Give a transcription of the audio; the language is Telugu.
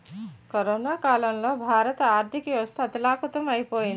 కరోనా కాలంలో భారత ఆర్థికవ్యవస్థ అథాలకుతలం ఐపోయింది